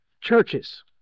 churches